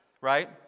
right